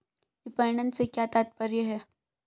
विपणन से क्या तात्पर्य है?